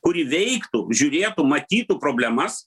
kuri veiktų žiūrėtų matytų problemas